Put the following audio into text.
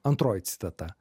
antroji citata